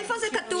איפה זה כתוב?